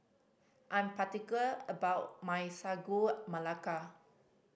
I'm particular about my Sagu Melaka